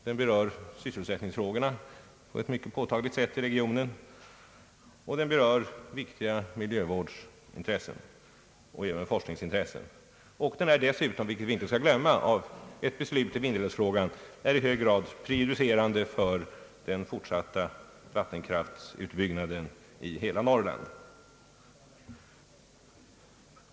Den berör sysselsättningsfrågorna i regionen på ett mycket påtagligt sätt och den berör viktiga miljövårdsintressen ävensom forskningsintressen. Dessutom blir — vilket vi inte skall glömma — ett beslut i Vindelälvsfrågan i hög grad prejudicerande för den fortsatta vattenkraftsutbyggnaden i hela Norrland.